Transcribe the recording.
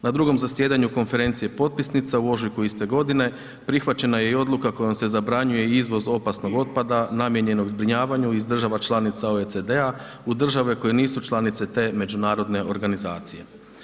Na drugom zasjedanju konferencije potpisnica u ožujku iste godine, prihvaćena je i odluka kojom se zabranjuje izvoz opasnog otpada namijenjenog zbrinjavanju iz država članica OECD-a u države koje nisu članice te međunarodne organizacije.